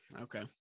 okay